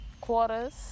quarters